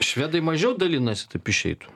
švedai mažiau dalinasi taip išeitų